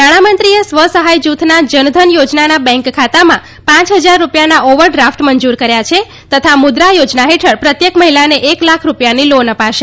નાણાં મંત્રીએ સ્વ સહાય જૂથના જનધન યોજનાના બેન્ક ખાતાંમાં ાંચ હજાર રૂપિ થાના ઓવર ડ્રાફ્ટ મંજુર કર્યા છે તથા મુદ્રા યોજના હેઠળ પ્રત્યેક મહિલાને એક લાખ રૂપિ થાની લોન અ ાશે